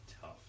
tough